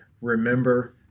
remember